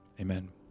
Amen